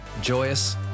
joyous